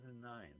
2009